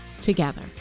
together